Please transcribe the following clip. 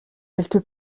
quelque